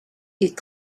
est